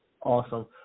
Awesome